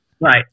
Right